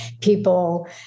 people